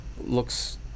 looks